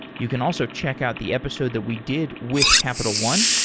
you can also check out the episode that we did with capital one.